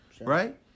right